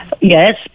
Yes